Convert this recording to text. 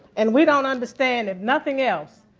and we don't understand if nothing else,